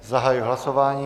Zahajuji hlasování.